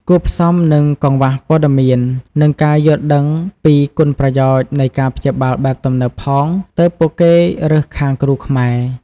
គួបផ្សំនឹងកង្វះព័ត៌មាន និងការយល់ដឹងពីគុណប្រយោជន៍នៃការព្យាបាលបែបទំនើបផង ទើបពួកគេរើសខាងគ្រូខ្មែរ។